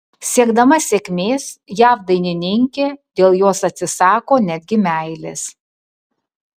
siekdama sėkmės jav dainininkė dėl jos atsisako netgi meilės